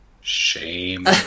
Shame